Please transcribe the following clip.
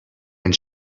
and